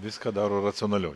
viską daro racionaliau